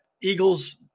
Eagles